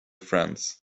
friends